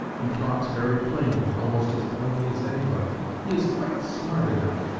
he talks very plainly, almost as plainly as anybody. he is quite smart enough.